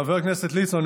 חבר הכנסת ליצמן,